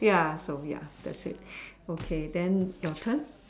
ya so ya that's it okay then your turn